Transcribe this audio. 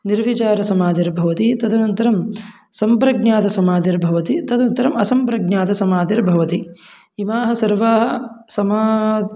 निर्विचारसमाधिर्भवति तदनन्तरं सम्प्रज्ञातसमाधिर्भवति तदनन्तरम् असम्प्रज्ञातसमाधिर्भवति इमाः सर्वाः समा